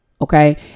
Okay